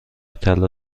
طلا